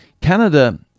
Canada